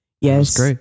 Yes